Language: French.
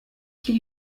qui